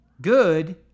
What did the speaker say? Good